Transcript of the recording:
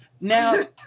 Now